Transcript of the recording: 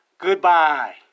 goodbye